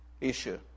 issue